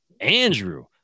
Andrew